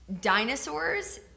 dinosaurs